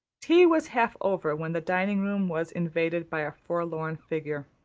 tea was half over when the dining room was invaded by a forlorn figure.